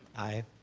aye.